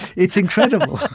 it's incredible